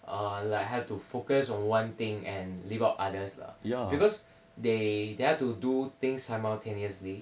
err like have to focus on one thing and leave out others lah because they they've to do things simultaneously